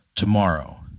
Tomorrow